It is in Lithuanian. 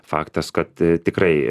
faktas kad tikrai